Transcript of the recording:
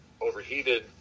overheated